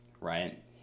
right